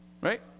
Right